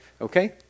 okay